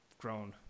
grown